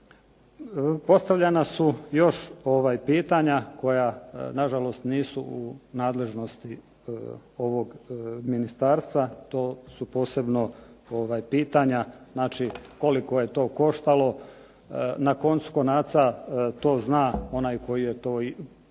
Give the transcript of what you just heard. Postavljana su još pitanja koja nažalost nisu u nadležnosti ovog ministarstva, to su posebno pitanja koliko je to koštalo. Na koncu konca to zna onaj tko je to platio